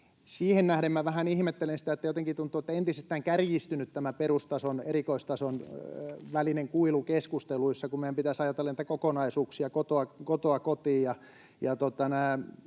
Siihen nähden vähän ihmettelen sitä, että jotenkin tuntuu, että on entisestään kärjistynyt tämä perustason ja erikoistason välinen kuilu keskusteluissa, kun meidän pitäisi ajatella niitä kokonaisuuksia, kotoa kotiin.